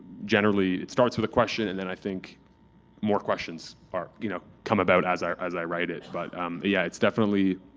generally, it starts with a question, and then i think more questions you know come about as i as i write it, but yeah, it's definitely